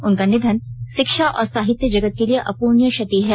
उनका निधन शिक्षा और साहित्य जगत के लिए अप्ररणीय क्षति है